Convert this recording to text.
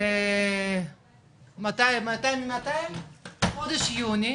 מתי הם מחודש יוני,